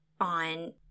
on